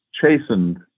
chastened